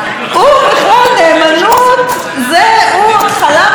הוא עוד חלם על זה כשהיה לו את בית הקולנוע הקטן בדימונה.